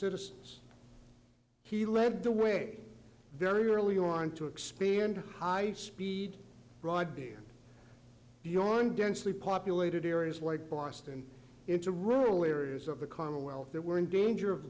citizens he led the way very early on to expand high speed broadband beyond densely populated areas like boston into rural areas of the commonwealth that were in danger of